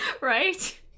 Right